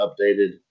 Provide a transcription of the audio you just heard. updated